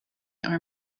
are